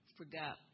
forgot